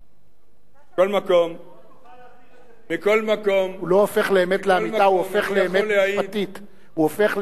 הוא לא הופך לאמת לאמיתה, הוא הופך לאמת משפטית.